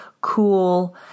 cool